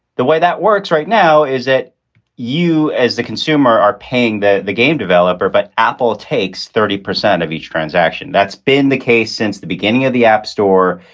the way that works right now is that you as the consumer are paying the game developer. but apple takes thirty percent of each transaction. that's been the case since the beginning of the app store.